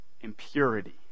impurity